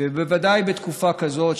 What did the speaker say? ובוודאי בתקופה כזאת,